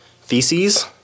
theses